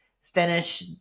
finish